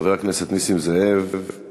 חבר הכנסת נסים זאב,